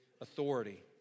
authority